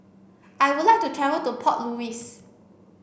I would like to travel to Port Louis